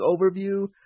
overview